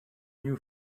new